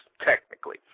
technically